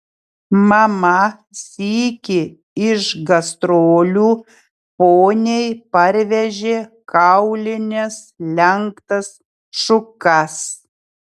mama sykį iš gastrolių poniai parvežė kaulines lenktas šukas